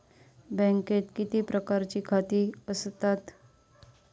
बँकेत किती प्रकारची खाती आसतात?